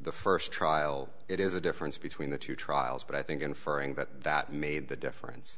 the first trial it is a difference between the two trials but i think inferring that that made the difference